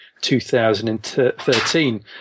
2013